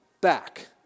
back